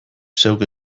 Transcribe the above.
zeuk